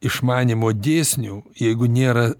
išmanymo dėsnių jeigu nėra